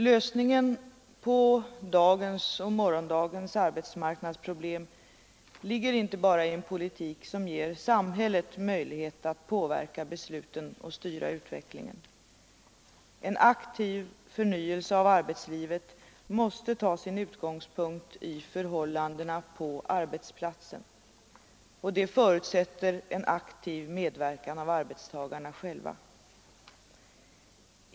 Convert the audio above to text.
Lösningen på dagens och morgondagens arbetsmarknadsproblem ligger inte bara i en politik som ger samhället möjlighet att påverka besluten och styra utvecklingen. En aktiv förnyelse av arbetslivet måste ta sin utgångspunkt i förhållandena på arbetsplatsen. Det förutsätter en aktiv medverkan av arbetstagarna själva.